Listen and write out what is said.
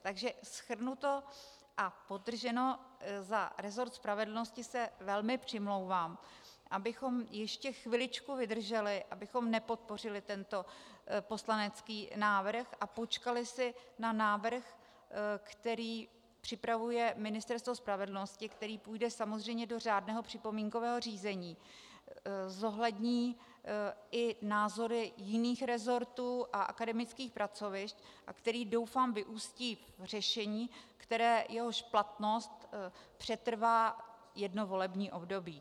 Takže shrnuto a podtrženo, za resort spravedlnosti se velmi přimlouvám, abychom ještě chviličku vydrželi, abychom nepodpořili tento poslanecký návrh a počkali si na návrh, který připravuje Ministerstvo spravedlnosti, který půjde samozřejmě do řádného připomínkového řízení, zohlední i názory jiných resortů a akademických pracovišť a který, doufám, vyústí v řešení, jehož platnost přetrvá jedno volební období.